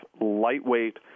lightweight